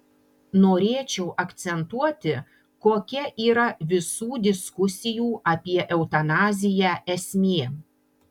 norėčiau akcentuoti kokia yra visų diskusijų apie eutanaziją esmė